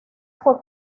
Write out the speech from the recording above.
fue